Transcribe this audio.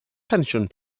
pensiwn